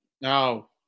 No